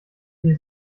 die